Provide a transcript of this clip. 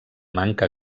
manca